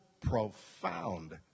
profound